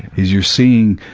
is your seeing,